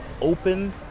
open